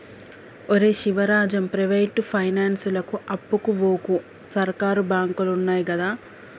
ఒరే శివరాజం, ప్రైవేటు పైనాన్సులకు అప్పుకు వోకు, సర్కారు బాంకులున్నయ్ గదా